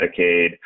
Medicaid